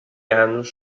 anos